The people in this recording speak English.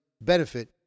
benefit